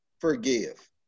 Forgive